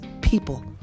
people